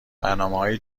برنامههای